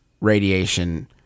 radiation